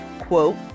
quote